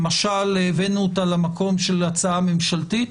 משל הבאנו אותה למקום של הצעה ממשלתית.